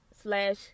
slash